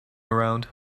around